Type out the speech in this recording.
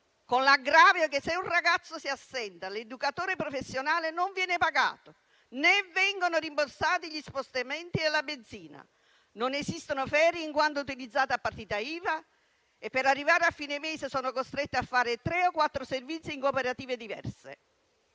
con l'aggravio che se un ragazzo si assenta, l'educatore professionale non viene pagato, né vengono rimborsati gli spostamenti e la benzina; non esistono ferie in quanto utilizzati a partita IVA e per arrivare a fine mese sono costretti a fare tre o quattro servizi in cooperative diverse.